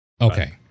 Okay